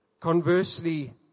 conversely